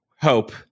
Hope